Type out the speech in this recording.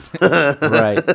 Right